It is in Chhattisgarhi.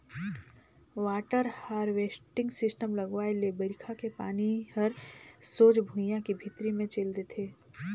वाटर हारवेस्टिंग सिस्टम लगवाए ले बइरखा के पानी हर सोझ भुइयां के भीतरी मे चइल देथे